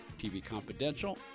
tvconfidential